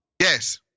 Yes